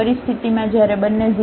પરિસ્થિતિમાં જ્યારે બંને 0